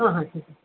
हाँ हाँ ठीक है